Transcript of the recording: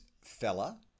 fella